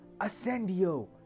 Ascendio